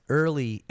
early